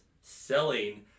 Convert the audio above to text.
selling